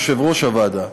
יושב-ראש הוועדה,